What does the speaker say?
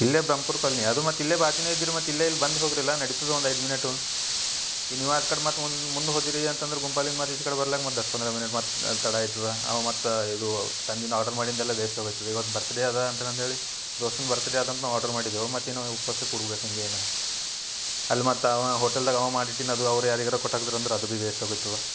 ಇಲ್ಲೇ ಬಂಪುರ್ ಪಲ್ನಿ ಅದು ಮತ್ತು ಇಲ್ಲೇ ಬಾಜಿನೇ ಇದ್ದಿರ ಮತ್ತೆ ಇಲ್ಲೇ ಇಲ್ಲಿ ಬಂದು ಹೋಗ್ರಿ ಅಲ್ಲಾ ನಡಿತದೆ ಒಂದು ಐದು ಮಿನಿಟು ಈಗ ನೀವು ಆಕಡೆ ಮತ್ತೆ ಮುಂದ ಹೋದಿರಿ ಅಂತ ಅಂದ್ರ ಗುಂಪಲಿಂದ ಮತ್ತೆ ಈಚಿ ಕಡೆ ಬರ್ಲಂಗ ಮತ್ತೆ ದಸ್ಕುಂದ್ರ ಮಿನಿಟ್ ಮತ್ತೆ ಅಲ್ಲ ತಡ ಐತದ ಅವ ಮತ್ತು ಇದು ತಂದಿಂದ ಆರ್ಡರ್ ಮಾಡಿಂದ ಎಲ್ಲ ವೇಷ್ಟ್ ಆಗಿ ಹೋಯ್ತದೆ ಇವತ್ತು ಬರ್ತಡೇ ಅದ ಅಂತೇಳಿ ಅಂದ ಹೇಳಿ ದೋಸ್ತುನ ಬರ್ತಡೇ ಅದ ಅಂತ ನಾವು ಆರ್ಡರ್ ಮಾಡಿದೆವು ಮತ್ತೆ ಇನ್ನ ಉಪವಾಸ ಕೂಡಬೇಕು ಹಂಗೆ ಏನಾ ಅಲ್ಲ ಮತ್ತು ಅವ ಹೋಟಲ್ದಾಗ ಅವ ಮಾಡಿ ಇಟ್ಟಿನ ಅದು ಅವರೆ ಯಾರಿಗರ ಕೊಟ್ಟು ಹಾಕ್ದಿರ ಅಂದ್ರ ಅದು ಬಿ ವೇಷ್ಟ್ ಆಗಿ ಹೋಯ್ತದ